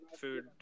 food